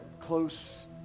close